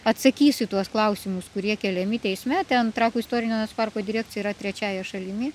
atsakysiu į tuos klausimus kurie keliami teisme ten trakų istorinio parko direkcija yra trečiąja šalimi